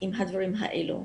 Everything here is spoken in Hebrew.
עם הדברים האלה.